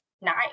nice